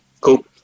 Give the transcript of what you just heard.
Cool